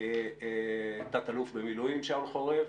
תא"ל במילואים שאול חורב.